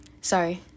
sorry